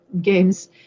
games